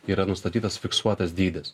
yra nustatytas fiksuotas dydis